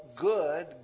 good